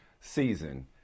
season